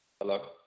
hello